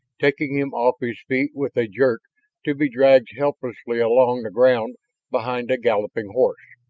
taking him off his feet with a jerk to be dragged helplessly along the ground behind a galloping horse.